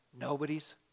Nobody's